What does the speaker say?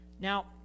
Now